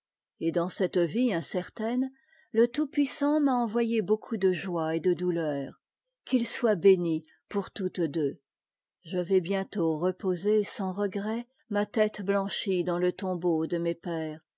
et dans cette vie incertaine le tout-puissant m'a envoyé beaucoup de joie et de douleur qu'il soit béni pour toutes deux je vais bientôt reposer sans regret ma tête btanchie dans le tombeau de mes pères